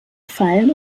fallen